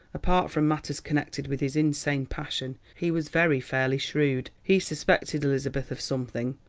apart from matters connected with his insane passion, he was very fairly shrewd. he suspected elizabeth of something,